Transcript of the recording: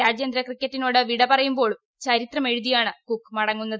രാജ്യാന്തര ക്രിക്കറ്റിനോട് വിട പറയുമ്പോഴും ചരിത്രമെഴുതിയാണ് കുക്ക് മടങ്ങുന്നത്